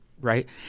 right